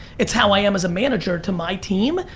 it's how i am as a manager to my team.